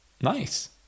Nice